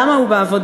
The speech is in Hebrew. למה הוא בעבודה?